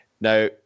Now